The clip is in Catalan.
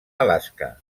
alaska